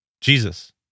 Jesus